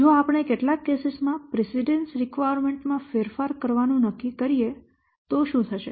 જો આપણે કેટલાક કેસો માં પ્રીસિડેન્સ રિક્વાયરમેન્ટ માં ફેરફાર કરવાનું નક્કી કરીએ તો શું થશે